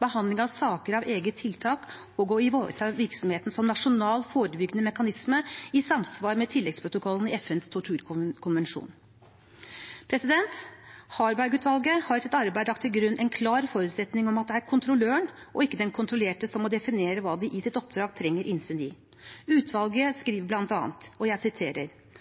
behandling av saker av eget tiltak og å ivareta virksomheten som nasjonal forebyggende mekanisme i samsvar med tilleggsprotokollen i FNs torturkonvensjon. Harberg-utvalget har i sitt arbeid lagt til grunn en klar forutsetning om at det er kontrolløren og ikke den kontrollerte som må definere hva de i sitt oppdrag trenger innsyn i. Utvalget